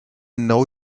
know